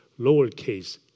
lowercase